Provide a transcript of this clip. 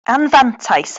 anfantais